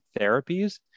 therapies